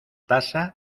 tasa